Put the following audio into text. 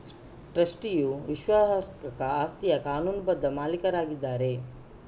ಟ್ರಸ್ಟಿಯು ವಿಶ್ವಾಸಾರ್ಹ ಆಸ್ತಿಯ ಕಾನೂನುಬದ್ಧ ಮಾಲೀಕರಾಗಿದ್ದಾರೆ